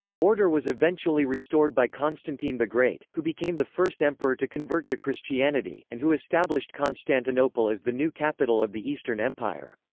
order was eventually restored by constantine the great, who became the first emperor to convert to christianity, and who established constantinople as the new capital of the eastern empire.